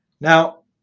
Now